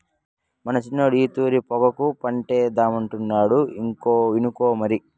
మన సిన్నోడు ఈ తూరి పొగాకు పంటేద్దామనుకుంటాండు ఇనుకో మరి